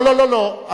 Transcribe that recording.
לא, לא, לא, לא.